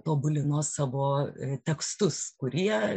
tobulino savo tekstus kurie